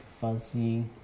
Fuzzy